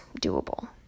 doable